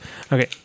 Okay